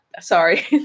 Sorry